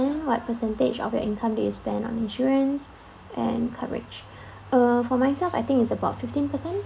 what percentage of your income that you spend on insurance and coverage uh for myself I think is about fifteen per cent